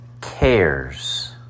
cares